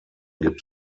gibt